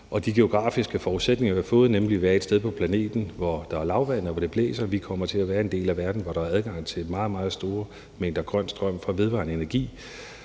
de geografiske forudsætninger, vi har fået, nemlig at være et sted på planeten, hvor der er lavvandet, og hvor det blæser, og vi kommer til at være i en del af verden, hvor der er adgang til meget, meget store mængder grøn strøm fra vedvarende energi,